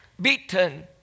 beaten